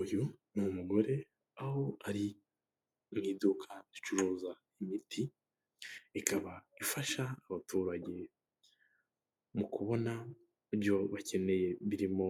Uyu ni umugore aho ari mu iduka ricuruza imiti, rikaba ifasha abaturage mu kubona ibyo bakeneye birimo